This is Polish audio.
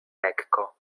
lekko